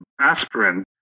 aspirin